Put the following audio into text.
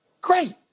great